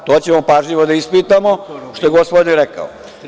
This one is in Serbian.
To ćemo pažljivo da ispitamo, što je gospodin rekao.